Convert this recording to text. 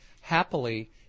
happily